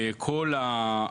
זה מה שנעשה.